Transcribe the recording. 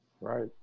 Right